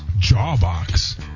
Jawbox